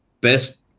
best